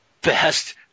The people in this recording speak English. best